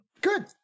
Good